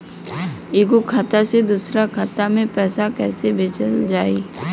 एगो खाता से दूसरा खाता मे पैसा कइसे भेजल जाई?